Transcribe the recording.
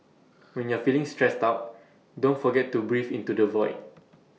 when you are feeling stressed out don't forget to breathe into the void